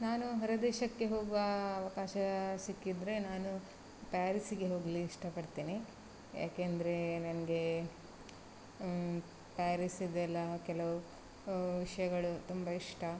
ನಾನು ಹೊರದೇಶಕ್ಕೆ ಹೋಗುವ ಅವಕಾಶ ಸಿಕ್ಕಿದರೆ ನಾನು ಪ್ಯಾರಿಸ್ಸಿಗೆ ಹೋಗಲು ಇಷ್ಟಪಡ್ತೇನೆ ಯಾಕಂದ್ರೆ ನನಗೆ ಈ ಪ್ಯಾರಿಸ್ಸಿದೆಲ್ಲ ಕೆಲವು ವಿಷಯಗಳು ತುಂಬ ಇಷ್ಟ